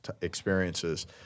experiences